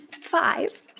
Five